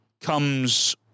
comes